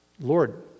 Lord